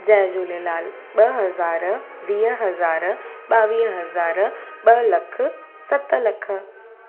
जय झूलेलाल ॿ हज़ार वीह हज़ार ॿावीह हज़ार ॿ लख सत लख